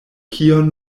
kion